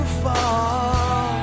fall